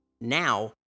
now